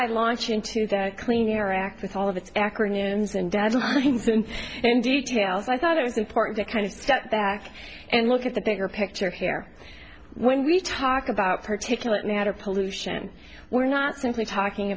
i launch into the clean air act with all of its acronyms and deadlines them and details i thought it was important to kind of step back and look at the bigger picture here when we talk about particulate matter pollution we're not simply talking